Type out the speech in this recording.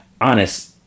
Honest